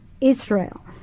Israel